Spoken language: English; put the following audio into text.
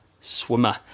swimmer